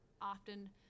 often